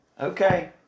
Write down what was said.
Okay